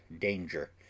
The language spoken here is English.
DANGER